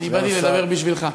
אני באתי לדבר בשבילך.